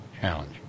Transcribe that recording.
Challenge